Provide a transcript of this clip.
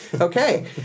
Okay